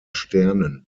sternen